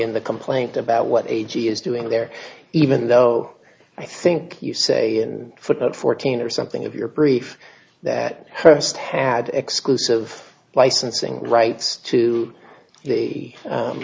in the complaint about what a g is doing there even though i think you say in footnote fourteen or something of your brief that hearst had exclusive licensing rights to the